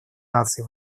наций